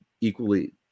equally